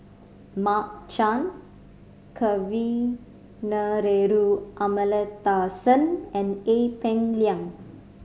Mark Chan Kavignareru Amallathasan and Ee Peng Liang